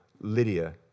Lydia